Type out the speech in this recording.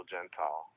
Gentile